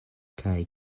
kaj